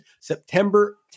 September